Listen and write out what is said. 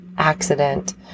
Accident